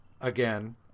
again